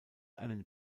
einen